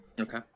Okay